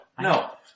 no